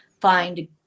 find